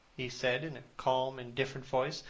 he said in a calm indifferent voice.